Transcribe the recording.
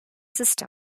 system